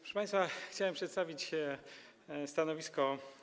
Proszę państwa, chciałbym przedstawić stanowisko